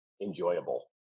enjoyable